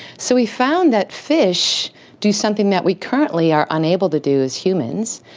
so we found that fish do something that we currently are unable to do as humans,